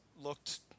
looked